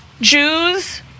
Jews